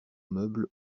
meuble